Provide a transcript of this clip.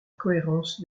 cohérence